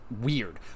Weird